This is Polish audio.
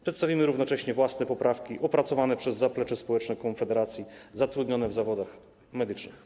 Przedstawimy równocześnie własne poprawki opracowane przez zaplecze społeczne Konfederacji zatrudnione w zawodach medycznych.